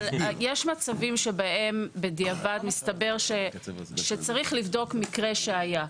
יש מצבים שבהם בדיעבד מסתבר שצריך לבדוק מקרה שהיה.